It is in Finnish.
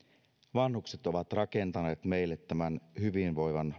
vanhukset ovat rakentaneet meille tämän hyvinvoivan